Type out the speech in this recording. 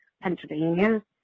Pennsylvania